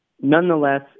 nonetheless